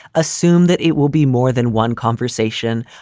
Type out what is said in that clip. assume that it will be more than one conversation.